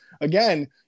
again